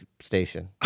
station